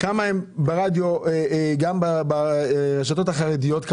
כמה הם ברשתות החרדיות נמצאים,